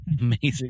Amazing